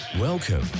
Welcome